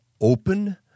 open